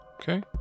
Okay